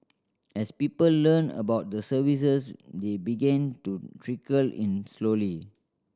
as people learnt about the services they began to trickle in slowly